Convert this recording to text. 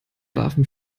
warfen